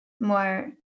more